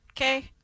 okay